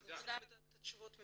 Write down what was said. אנחנו צריכים לדעת את התשובות של